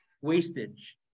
wastage